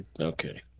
okay